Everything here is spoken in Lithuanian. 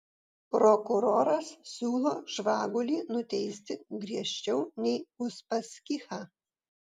prokuroras siūlo žvagulį nuteisti griežčiau nei uspaskichą